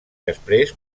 després